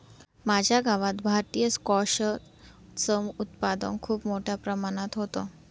माझ्या गावात भारतीय स्क्वॅश च उत्पादन खूप मोठ्या प्रमाणात होतं